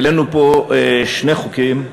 העלינו פה שני חוקים,